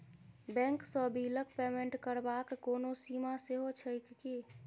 Bank सँ बिलक payment करबाक कोनो सीमा सेहो छैक की?